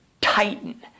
Titan